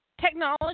technology